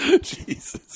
Jesus